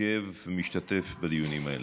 ועוקב ומשתתף בדיונים האלה.